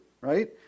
Right